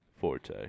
forte